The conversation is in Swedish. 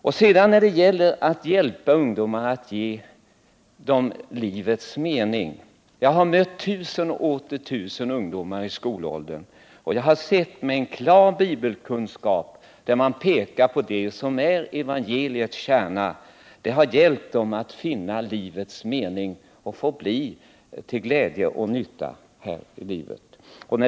När det sedan gäller att ge ungdomarna livets mening, så har jag mött tusen och åter tusen ungdomar i skolåldern, och jag har sett att en klar bibelkunskap, där man pekar på det som är evangeliets kärna, har hjälpt dem att finna livets mening och hjälpt dem att bli till glädje och nytta här i livet.